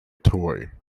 toy